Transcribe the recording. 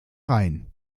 rhein